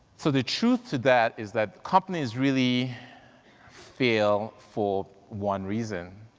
so the truth to that is that companies really fail for one reason,